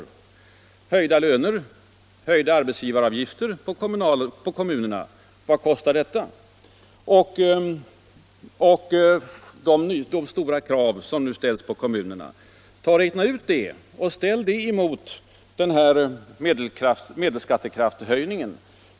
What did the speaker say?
Vad kostar höjda löner och höjda arbetsgivaravgifter kommunerna, och vad kostar det att uppfylla de stora krav som nu ställts på kommunerna? Räkna ut det och ställ det emot den genomsnittliga ökningen av skattekraften!